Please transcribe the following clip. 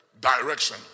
direction